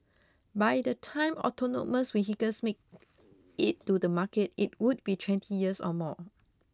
by the time autonomous vehicles make it to the market it would be twenty years or more